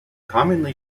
commonly